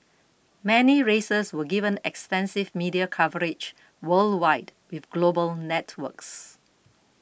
many races were given extensive media coverage worldwide with global networks